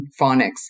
phonics